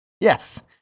Yes